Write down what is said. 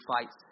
fights